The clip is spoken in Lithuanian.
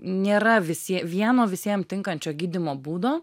nėra visi vieno visiem tinkančio gydymo būdo